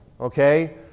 okay